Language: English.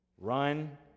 Run